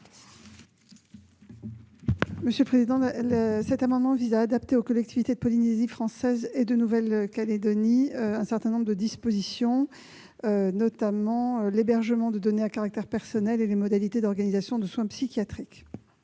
Mme la ministre. Cet amendement vise à adapter aux collectivités de Polynésie française et de Nouvelle-Calédonie certaines dispositions, notamment l'hébergement de données à caractère personnel et les modalités d'organisation de soins psychiatriques.